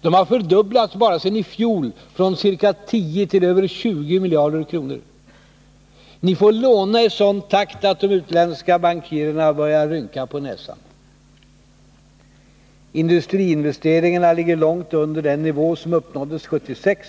Det har fördubblats bara sedan i fjol från ca 10 till över 20 miljarder kronor. Ni får låna i sådan takt att de utländska bankirerna börjar rynka på näsan. Industriinvesteringarna ligger långt under den nivå som uppnåddes 1976,